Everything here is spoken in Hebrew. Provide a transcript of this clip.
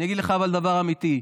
אבל אני אגיד לך דבר אמיתי,